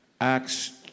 Acts